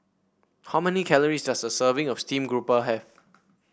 how many calories does a serving of Steamed Garoupa have